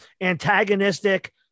antagonistic